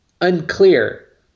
unclear